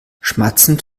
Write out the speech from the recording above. schmatzend